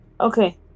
Okay